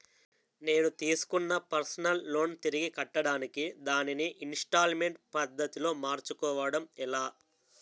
నేను తిస్కున్న personal loan తిరిగి కట్టడానికి దానిని ఇంస్తాల్మేంట్ పద్ధతి లో మార్చుకోవడం ఎలా?